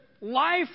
life